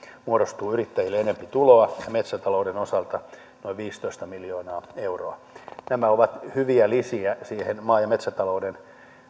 muodostuu yrittäjille enempi tuloa ja metsätalouden osalta noin viisitoista miljoonaa euroa nämä ovat hyviä lisiä siihen maa ja metsätalouden